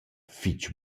fich